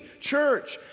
Church